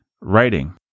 writing